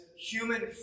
human